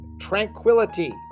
tranquility